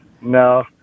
no